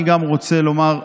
אני גם רוצה לומר ביושר: